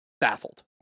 baffled